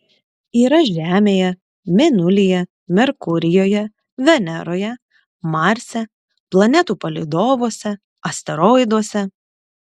yra žemėje mėnulyje merkurijuje veneroje marse planetų palydovuose asteroiduose